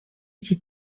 iki